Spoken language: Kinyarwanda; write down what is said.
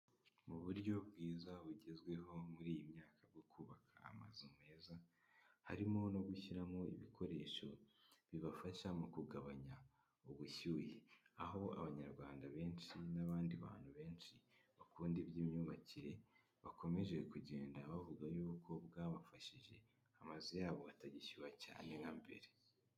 Mu buryo bwiza bugezweho muri iyi myaka bwo kubaka amazu meza harimo no gushyiramo ibikoresho bibafasha mu kugabanya ubushyuhe, aho abanyarwanda benshi n'abandi bantu benshi bakunda iby'imyubakire bakomeje kugenda bavuga y'uko bwabafashije, amazu y'abo atagishyuha cyane nka mbere.